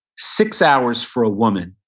six hours for a woman,